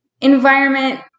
environment